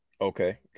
okay